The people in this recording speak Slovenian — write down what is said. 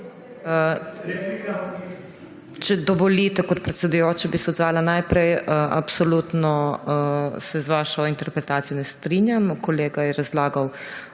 Če dovolite, kot predsedujoča, bi se odzvala. Najprej, absolutno se z vašo interpretacijo ne strinjam. Kolega je razlagal